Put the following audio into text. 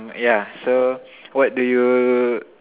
yeah so what do you